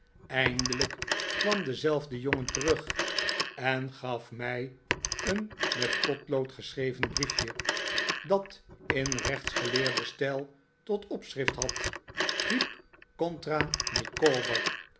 eindelijk kwam dezelfde jongen tenig en gaf mij een met potlood geschreven briefje dat in rechtsgeleerden stijl tot opschrift had heep contra